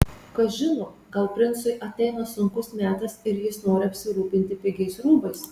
kas žino gal princui ateina sunkus metas ir jis nori apsirūpinti pigiais rūbais